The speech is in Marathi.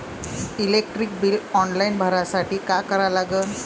इलेक्ट्रिक बिल ऑनलाईन भरासाठी का करा लागन?